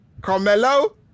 Carmelo